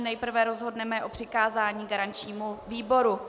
Nejprve rozhodneme o přikázání garančnímu výboru.